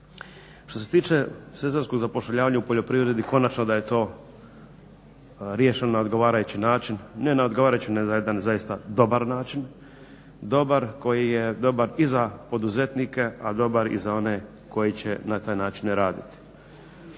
Što se tiče sezonskog zapošljavanja u poljoprivredi, konačno da je to riješeno na odgovarajući način ne na odgovarajući, nego na jedan zaista dobar način, dobar, koji je dobar i za poduzetnike a dobar i za one koji će na taj način raditi.